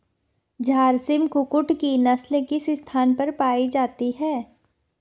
झारसिम कुक्कुट की नस्ल किस स्थान पर पाई जाती है?